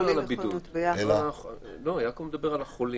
יעקב מדבר על החולים.